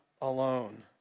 alone